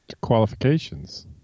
qualifications